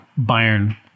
Bayern